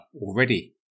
already